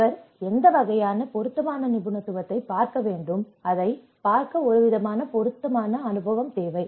ஒருவர் எந்த வகையான பொருத்தமான நிபுணத்துவத்தை பார்க்க வேண்டும் அதை பார்க்க ஒருவிதமான பொருத்தமான அனுபவம் தேவை